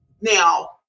now